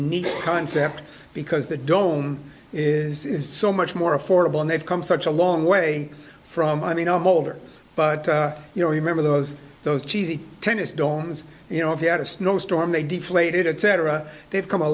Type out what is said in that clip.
neat concept because the dome is so much more affordable and they've come such a long way from i mean i'm older but you know you member those those cheesy tennis domes you know if you had a snowstorm they deflated a tetra they've come a